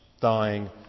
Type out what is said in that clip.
dying